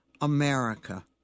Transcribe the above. America